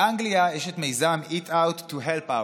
באנגליה יש את מיזם eat out to help out,